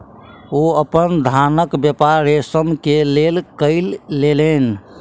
ओ अपन धानक व्यापार रेशम के लेल कय लेलैन